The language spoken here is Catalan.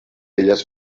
elles